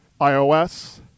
iOS